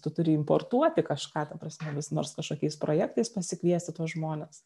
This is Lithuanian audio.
tu turi importuoti kažką ta prasme nors kažkokiais projektais pasikviesti tuos žmones